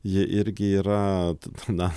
ji irgi yra na